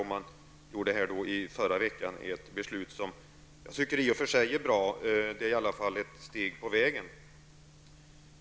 Man fattade då i förra veckan ett beslut som jag tycker är bra i och för sig -- det är i alla fall ett steg i rätt riktning.